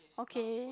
okay